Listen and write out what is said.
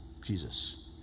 Jesus